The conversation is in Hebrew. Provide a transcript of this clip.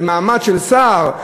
במעמד של שר,